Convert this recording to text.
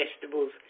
vegetables